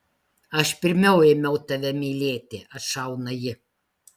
aš pirmiau ėmiau tave mylėti atšauna ji